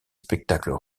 spectacles